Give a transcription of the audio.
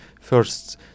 first